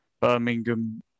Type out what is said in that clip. Birmingham